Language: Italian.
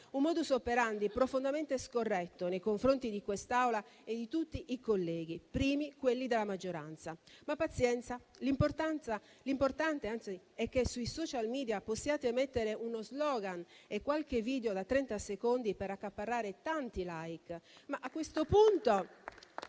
un *modus operandi* profondamente scorretto nei confronti di quest'Assemblea e di tutti i colleghi, per primi quelli della maggioranza; ma pazienza, l'importante, anzi, è che sui *social media* possiate mettere uno *slogan* e qualche video da trenta secondi per accaparrare tanti *like*.